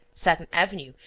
second avenue,